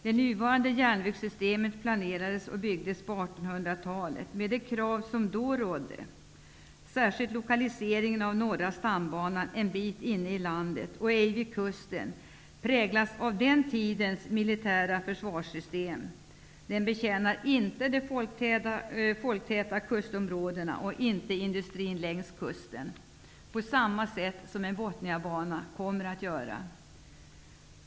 Det nuvarande järnvägssystemet planerades och byggdes med utgångspunkt i de krav som rådde på 1800-talet. Särskilt lokaliseringen av norra stambanan en bit inne i landet och ej vid kusten präglas av den tidens försvarssystem. Den betjänar inte de folktäta kustområdena och inte industrin längs kusten på det sätt en Botniabana kommer att göra.